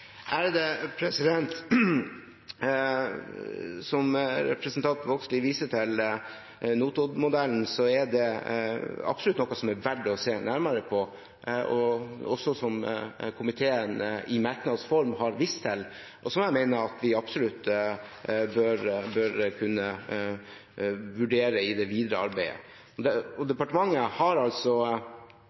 som representanten Vågslid viser til, er absolutt verdt å se nærmere på, noe også komiteen i merknads form har vist til. Jeg mener dette er noe vi absolutt bør kunne vurdere i det videre arbeidet.